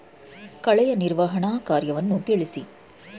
ಕಳೆಯ ನಿರ್ವಹಣಾ ಕಾರ್ಯವನ್ನು ತಿಳಿಸಿ?